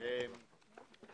אנחנו עוברים לסעיף הבא.